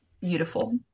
beautiful